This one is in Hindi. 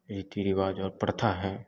रीति रिवाज और प्रथा है